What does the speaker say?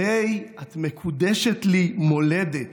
/ הרי את מקודשת לי, מולדת.